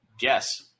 yes